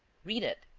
read it.